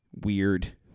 weird